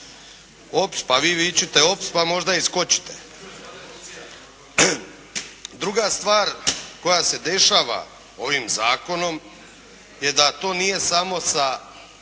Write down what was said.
Pa vi vičite ops, pa možda i skočite! Druga stvar koja se dešava ovim zakonom, je da to nije samo sa,